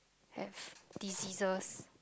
have diseases